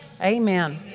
Amen